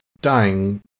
dying